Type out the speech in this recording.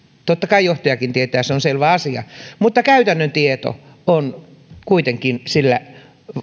totta kai johtajakin tietää se on selvä asia mutta käytännön tieto on kuitenkin sillä